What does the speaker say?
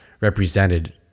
represented